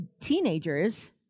teenagers